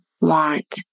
want